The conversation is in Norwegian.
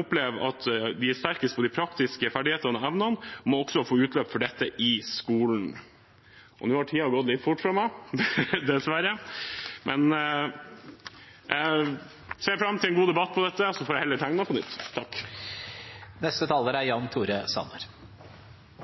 opplever at de er sterkest på de praktiske ferdighetene og evnene, må også få utløp for dette i skolen. Nå har tiden gått litt fort for meg, dessverre, men jeg ser fram til en god debatt om dette, og så får jeg heller tegne meg på nytt.